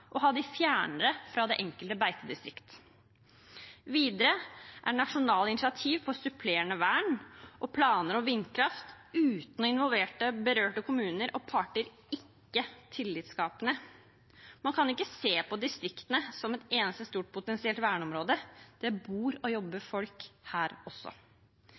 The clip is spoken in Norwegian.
og man vil ha dem fjernere fra det enkelte beitedistrikt. Videre er nasjonale initiativ for supplerende vern og planer om vindkraft uten å involvere berørte kommuner og parter ikke tillitskapende. Man kan ikke se på distriktene som et eneste stort potensielt verneområde. Det bor og jobber folk der også.